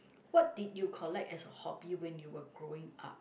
what did you collect as a hobby when you were growing up